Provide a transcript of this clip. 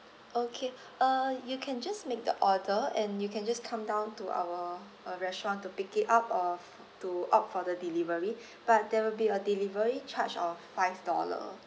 okay uh you can just make the order and you can just come down to our uh restaurant to pick it up or to opt for the delivery but there will be a delivery charge of five dollars